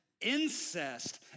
incest